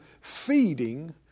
feeding